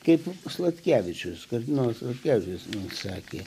kaip sladkevičius kardinolas sladkevičius sakė